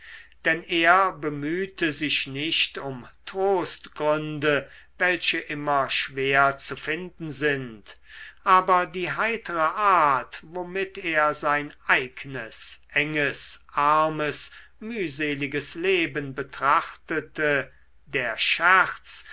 denn er bemühte sich nicht um trostgründe welche immer schwer zu finden sind aber die heitere art womit er sein eignes enges armes mühseliges leben betrachtete der scherz